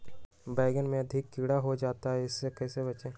बैंगन में अधिक कीड़ा हो जाता हैं इससे कैसे बचे?